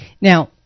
Now